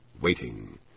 waiting